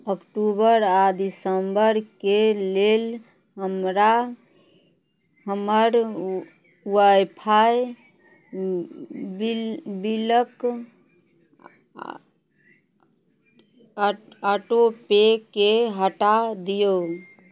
अक्टूबर आ दिसम्बरके लेल हमरा हमर वाइ फाइ बिल बिलक ऑटो ऑटोपेके हटा दियौ